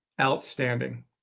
outstanding